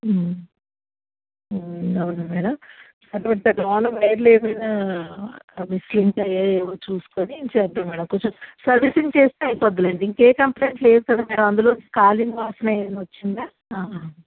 అవును మ్యాడమ్ అటువంటి లోపల వైర్లు ఏమైన అవి స్ప్లింట్ అయ్యాయి ఏమో చూసుకుని చేద్దాం మ్యాడమ్ కొంచెం సర్వీసింగ్ చేస్తే అయిపోద్దిలేండి ఇంకా ఏమి కంప్లైంట్ లేదు కదా మ్యాడమ్ అందులో కాలిన వాసన ఏమన్న వచ్చిందా